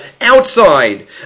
outside